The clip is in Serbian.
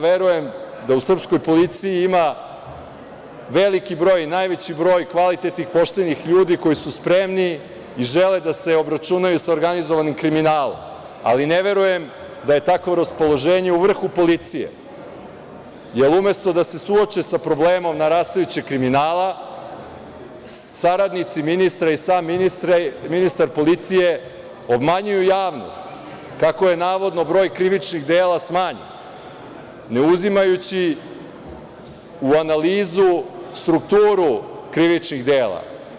Verujem da u srpskoj policiji ima veliki broj, najveći broj kvalitetnih poštenih ljudi koji su spremni i žele da se obračunaju sa organizovanim kriminalom, ali ne verujem da je takvo raspoloženje u vrhu policije, jer umesto da se suoče sa problemom narastajućeg kriminala, saradnici ministra i sam ministar policije obmanjuju javnost kako je, navodno, broj krivičnih dela smanjen, ne uzimajući u analizu strukturu krivičnih dela.